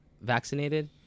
vaccinated